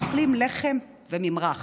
אוכלים לחם וממרח.